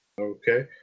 Okay